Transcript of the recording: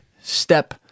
step